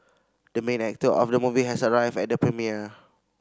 the main actor of the movie has arrived at the premiere